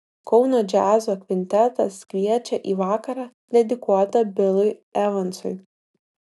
kauno džiazo kvintetas kviečia į vakarą dedikuotą bilui evansui